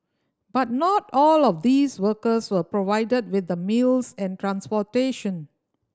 but not all of these workers were provided with the meals and transportation